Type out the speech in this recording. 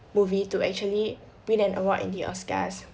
movie to actually win an award in the oscars